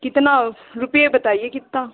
कितना रुपिये बताइए कितना